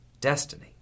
destiny